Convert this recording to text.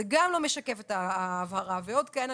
זה גם לא משקף את ההבהרה ועוד כהנה.